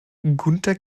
gunter